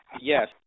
Yes